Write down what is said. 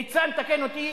ניצן, תקן אותי,